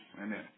Amen